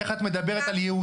איך את מדברת על יהודים,